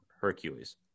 Hercules